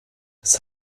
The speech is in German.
das